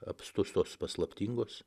apstus tos paslaptingos